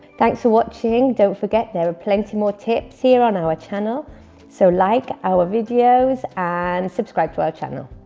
thanks for watching. don't forget there are plenty more tips here on our channel so, like our videos and subscribe to our channel.